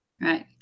Right